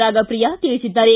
ರಾಗಪ್ರಿಯಾ ತಿಳಿಸಿದ್ದಾರೆ